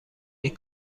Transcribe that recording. این